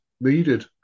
needed